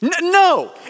No